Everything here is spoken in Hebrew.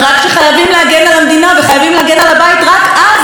רק אז הולכים לנורא מכול וזה מלחמה,